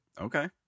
Okay